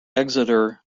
exeter